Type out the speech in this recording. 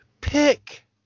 Pick